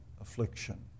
affliction